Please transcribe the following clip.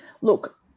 look